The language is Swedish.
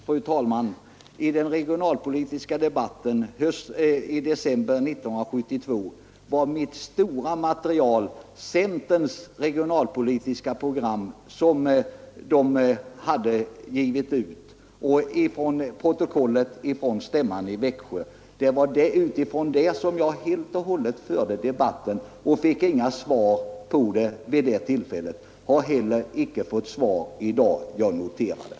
Fru talman! I den regionalpolitiska debatten i december 1972 var mitt stora material det regionalpolitiska program som centern hade givit ut och protokollet från stämman i Växjö. Det var utifrån detta som jag helt och hållet förde debatten, men jag fick inga svar vid det tillfället. Jag har heller icke fått svar i dag. Jag noterar det.